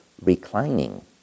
reclining